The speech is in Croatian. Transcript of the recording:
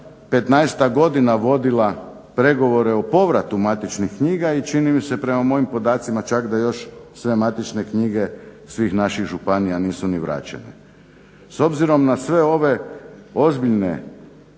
15-tak godina vodila pregovore o povratu matičnih knjiga i čini mi se prema mojim podacima čak da još sve matične knjige svih naših županija nisu ni vraćene. S obzirom na sve ove ozbiljne